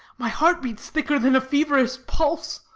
my heart beats thicker than a feverous pulse,